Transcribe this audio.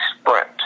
sprint